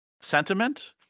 sentiment